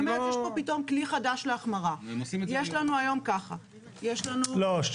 אני אומרת, יש פה פתאום כלי חדש להחמרה.